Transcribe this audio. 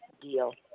deal